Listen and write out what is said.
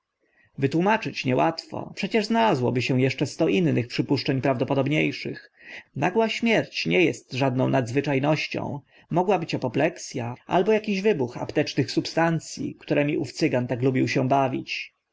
wytłumaczyć niełatwo przecież znalazłoby się eszcze sto innych przypuszczeń prawdopodobnie szych nagła śmierć nie est żadną nadzwycza nością mogła być apopleks a albo akiś wybuch aptecznych substanc i którymi ów cygan tak lubił się bawić